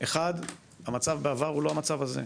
אחד, המצב בעבר הוא לא המצב הזה.